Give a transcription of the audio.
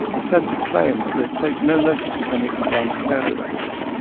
are said to claim that they take no notice of any advance care directive,